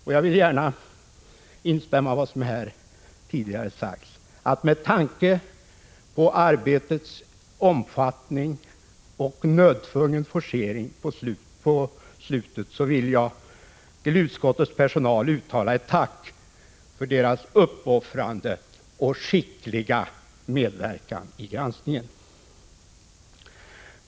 Jag vill också gärna instämma i vad som här tidigare har sagts. Med tanke på arbetets omfattning och en nödtvungen forcering på slutet vill jag till utskottets personal uttala ett tack för dess uppoffrande och skickliga medverkan i granskningen.